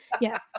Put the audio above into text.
Yes